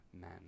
men